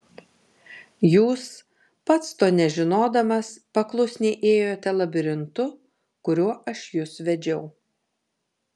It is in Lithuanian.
jūs pats to nežinodamas paklusniai ėjote labirintu kuriuo aš jus vedžiau